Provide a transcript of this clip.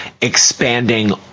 expanding